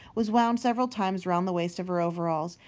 was wound several times round the waist of her overalls,